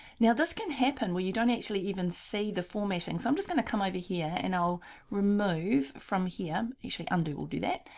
now, this can happen where you don't actually even see the formatting. so, i'm just going to come over here and i'll remove from here, actually undo will do that.